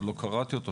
עוד לא קראתי אותו,